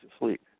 asleep